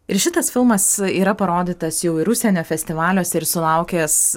ir šitas filmas yra parodytas jau ir užsienio festivaliuose ir sulaukęs